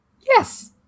Yes